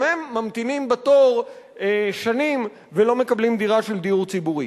גם הם ממתינים בתור שנים ולא מקבלים דירה של דיור ציבורי.